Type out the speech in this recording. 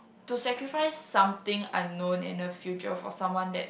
to sacrifice something unknown and the future for someone that